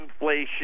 inflation